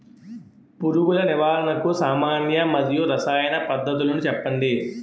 పురుగుల నివారణకు సామాన్య మరియు రసాయన పద్దతులను చెప్పండి?